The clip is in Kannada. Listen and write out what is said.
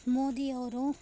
ಮೋದಿಯವರು